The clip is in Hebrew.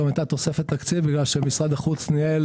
גם הייתה תוספת תקציב כי משרד החוץ ניהל